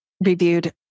reviewed